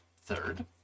Third